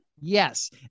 Yes